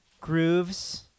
grooves